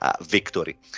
victory